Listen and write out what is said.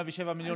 107 מיליון שקל,